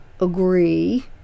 agree